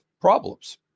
problems